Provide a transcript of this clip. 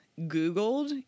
Googled